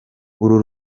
uru